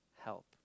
Help